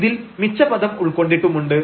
ഇതിൽ മിച്ച പദം ഉൾക്കൊണ്ടിട്ടുമുണ്ട്